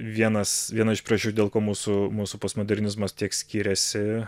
vienas viena iš priežasčių dėl ko mūsų mūsų postmodernizmas tiek skiriasi